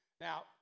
Now